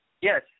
Yes